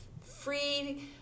free